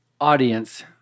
audience